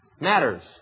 matters